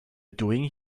doing